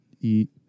eat